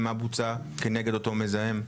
ומה בוצע כנגד אותו מזהם?